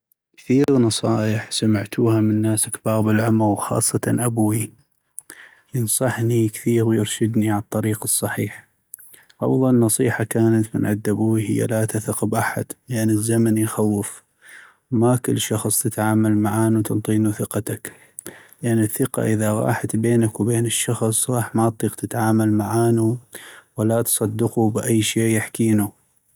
كثيغ نصائح سمعتوها من ناس كباغ بالعمغ ، وخاصة أبوي ينصحني كثيغ ويرشدني عالطريق الصحيح ، أفضل نصيحة كانت من عد أبوي هي لاتثق بأحد لأن الزمن يخوف و ما كل شخص تتعامل معانو تنطينو ثقتك ، لأن الثقة اذا غاحت بينك وبين الشخص غاح ما اطيق تتعامل معانو ولا تصدقو باي شي يحكينو.